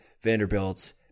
Vanderbilt